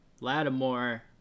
Lattimore